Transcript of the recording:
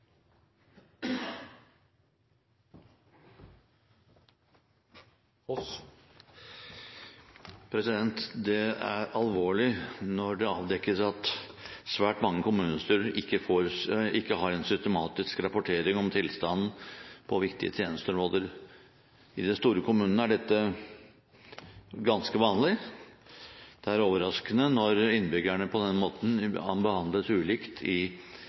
alvorlig når det avdekkes at svært mange kommunestyrer ikke har en systematisk rapportering om tilstanden på viktige tjenesteområder. I de store kommunene er dette ganske vanlig. Det er overraskende når innbyggerne på denne måten behandles ulikt i